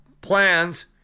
plans